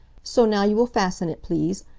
so, now you will fasten it please.